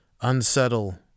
unsettle